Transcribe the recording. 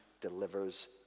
delivers